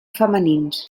femenins